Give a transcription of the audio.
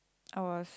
I was